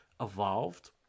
evolved